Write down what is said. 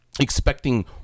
expecting